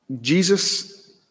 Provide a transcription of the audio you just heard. Jesus